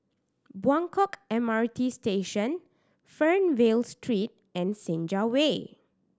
Buangkok M R T Station Fernvale Street and Senja Way